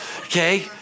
Okay